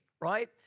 Right